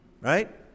right